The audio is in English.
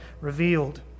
revealed